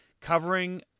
covering